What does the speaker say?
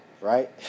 Right